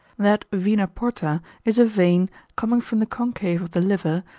that vena porta is a vein coming from the concave of the liver,